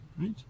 Right